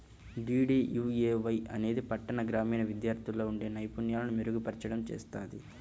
DDUAY అనేది పట్టణ, గ్రామీణ విద్యార్థుల్లో ఉండే నైపుణ్యాలను మెరుగుపర్చడం చేత్తది